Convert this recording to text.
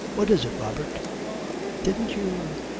what is it, robert didn't you